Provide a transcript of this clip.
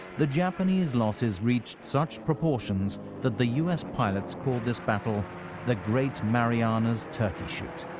the japanese losses reached such proportions that the u s. pilots called this battle the great marianas turkey shoot.